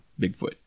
Bigfoot